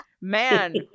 Man